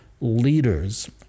leaders